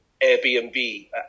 Airbnb